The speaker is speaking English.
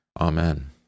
Amen